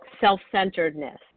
self-centeredness